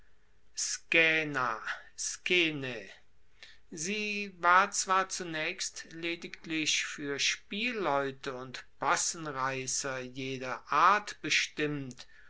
sie war zwar zunaechst lediglich fuer spielleute und possenreisser jeder art bestimmt